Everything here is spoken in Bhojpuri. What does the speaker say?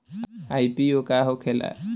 आई.पी.ओ का होखेला?